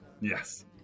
yes